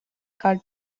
card